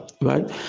right